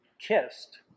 kissed